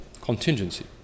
contingency